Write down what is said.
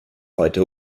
heute